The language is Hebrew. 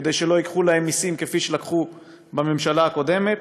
כדי שלא ייקחו להם מסים כפי שלקחו בממשלה הקודמת,